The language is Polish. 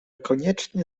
koniecznie